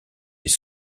les